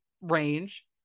range